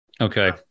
Okay